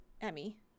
Emmy